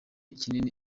kinini